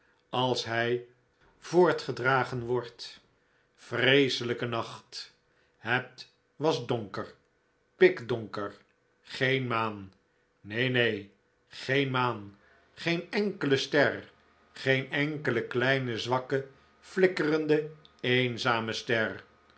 als hij voortgedragen wordt vreeselijke nacht het was donker pikdonker geen maan neen neen geen maan geen enkele ster geen enkele kleine zwakke flikkerende eenzame ster